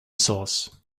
source